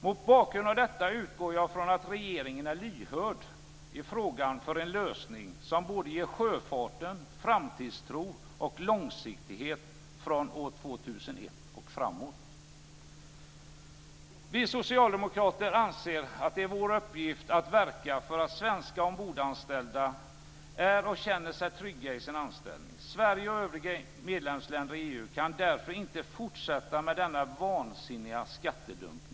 Mot bakgrund av detta utgår jag från att regeringen är lyhörd i frågan för att det ska bli en lösning som ger sjöfarten både framtidstro och långsiktighet från år 2001 och framåt. Vi socialdemokrater anser att det är vår uppgift att verka för att svenska ombordanställda är och känner sig trygga i sin anställning. Sverige och övriga medlemsländer i EU kan därför inte fortsätta med denna vansinniga skattedumpning.